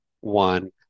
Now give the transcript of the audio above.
one